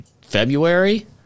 February